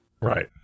Right